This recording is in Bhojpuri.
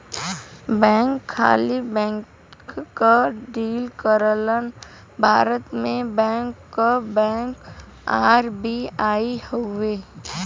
बैंक खाली बैंक क डील करलन भारत में बैंक क बैंक आर.बी.आई हउवे